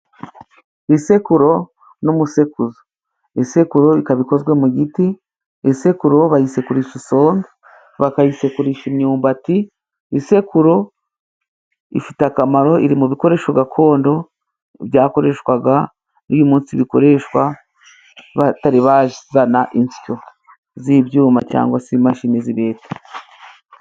Isekuro n'umusekuzo isekuro ikaba ikozwe mu giti, isekuro bayisekurisha isombe, bakayisekurisha imyumbati, isekuro ifite akamaro, iri mu bikoresho gakondo byakoreshwaga n'uyu munsi bikoreshwa batari bazana insyo z'ibyuma, cyangwa se imashini zibeta.